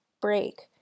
break